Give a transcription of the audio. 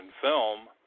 film